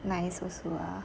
nice also lah